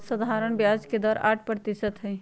सधारण ब्याज के दर आठ परतिशत हई